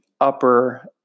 upper